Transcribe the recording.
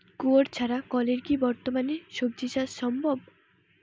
কুয়োর ছাড়া কলের কি বর্তমানে শ্বজিচাষ সম্ভব?